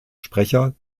sprecher